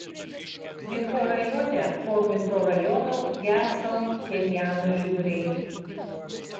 mikrorajone po mikrorajono geso pchenjano žiburiai